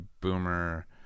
boomer